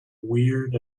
weird